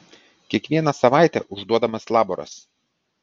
kiekvieną savaitę užduodamas laboras